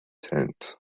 tent